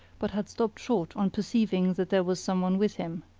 but had stopped short on perceiving that there was some one with him.